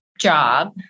job